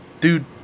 Dude